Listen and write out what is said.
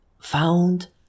found